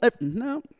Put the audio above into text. No